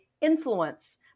influence